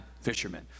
fishermen